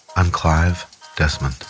i'm clive desmond